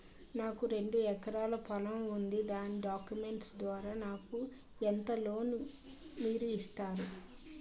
నాకు రెండు ఎకరాల పొలం ఉంది దాని డాక్యుమెంట్స్ ద్వారా నాకు ఎంత లోన్ మీరు ఇస్తారు?